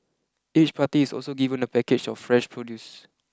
each party is also given a package of fresh produce